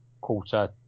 quarter